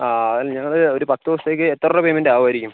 ആ അത് അല്ല ഞങ്ങള് ഒര് പത്ത് ദിവസത്തേക്ക് എത്ര രൂപ പേയ്മെൻറ്റ് ആവും ആയിരിക്കും